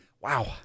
wow